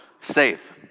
safe